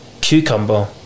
cucumber